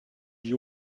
you